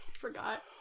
Forgot